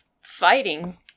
fighting